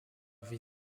wie